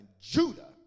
Judah